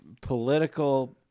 political